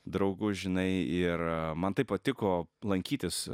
draugu žinai ir man taip patiko lankytis